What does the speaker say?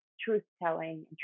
truth-telling